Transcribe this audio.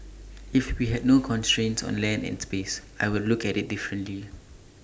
if we had no constraints on land and space I would look at IT differently